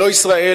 לא ישראל